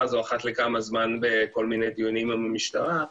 הזאת אחת לכמה זמן בכל מיני דיונים עם המשטרה,